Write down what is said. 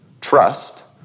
trust